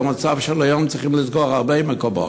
במצב של היום צריכים לסגור הרבה מקומות,